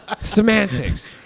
Semantics